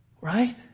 Right